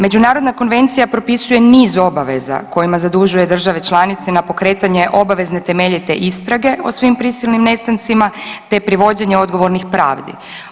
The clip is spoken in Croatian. Međunarodna konvencija propisuje niz obaveza kojima zadužuje države članice na pokretanje obavezne, temeljite istrage o svim prisilnim nestancima, te privođenje odgovornih pravdi.